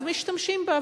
אז משתמשים בה,